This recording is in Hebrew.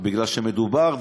מפני שמדובר,